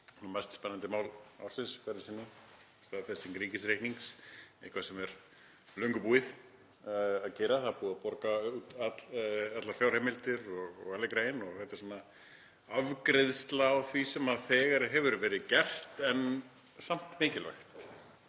nú mest spennandi mál ársins hverju sinni, staðfesting ríkisreiknings, eitthvað sem er löngu búið að gera. Það er búið að borga allar fjárheimildir og alle grejen og þetta er svona afgreiðsla á því sem þegar hefur verið gert en samt mikilvægt